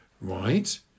Right